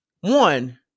One